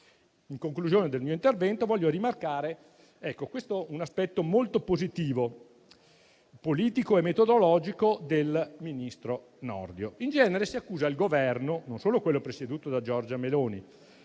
In conclusione del mio intervento, desidero rimarcare un aspetto molto positivo, politico e metodologico, del ministro Nordio. In genere si accusa il Governo (non solo quello presieduto da Giorgia Meloni,